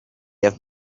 have